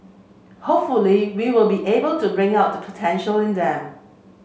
hopefully we will be able to bring out the potential in them